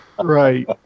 Right